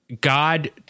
God